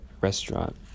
restaurant